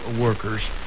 workers